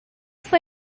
fue